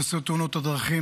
בנושא תאונות הדרכים.